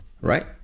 right